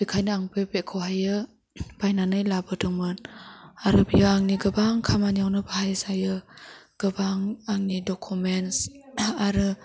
बेखायनो आं बे बेगखौहायो बायनानै लाबोदोंमोन आरो बेयो आंनि गोबां खामानियावनो बाहाय जायो गोबां आंनि डकमेन्टस आरो